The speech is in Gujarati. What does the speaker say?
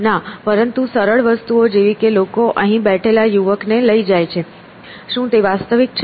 ના પરંતુ સરળ વસ્તુઓ જેવી કે લોકો અહીં બેઠેલા યુવકને લઈ જાય છે શું તે વાસ્તવિક છે